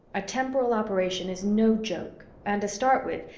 a temporal operation is no joke, and to start with,